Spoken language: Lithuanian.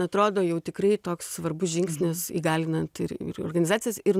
atrodo jau tikrai toks svarbus žingsnis įgalinant ir ir organizacijas ir